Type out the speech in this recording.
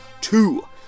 Two